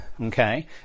okay